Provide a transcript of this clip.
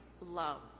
love